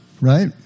right